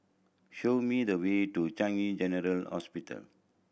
show me the way to Changi General Hospital